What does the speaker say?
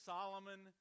Solomon